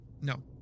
No